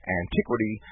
antiquity